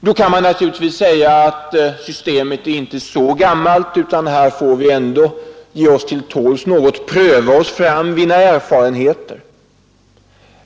Man kan naturligtvis säga att systemet inte är så gammalt, att vi får ge oss till tåls, pröva oss fram och vinna erfarenheter.